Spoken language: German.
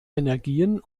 energien